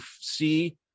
see